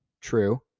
True